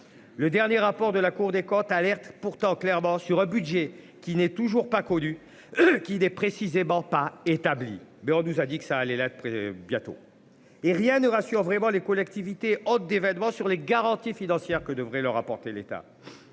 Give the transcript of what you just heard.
Le dernier rapport de la Cour des comptes alerte pourtant clairement sur un budget qui n'est toujours pas connue. Qui des précisément pas établi, mais on nous a dit que ça allait là. Bientôt, et rien ne rassure vraiment les collectivités autre d'événements sur les garanties financières que devrait leur apporter l'état.